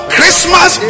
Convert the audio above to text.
Christmas